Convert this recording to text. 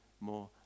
more